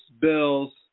Bills